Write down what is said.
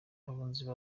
abunzi